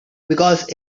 because